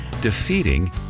Defeating